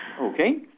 Okay